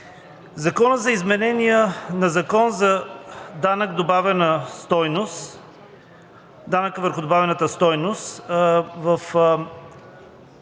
„Закон за изменение на Закона за данък върху добавената стойност“.